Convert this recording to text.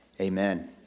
Amen